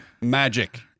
Magic